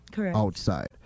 outside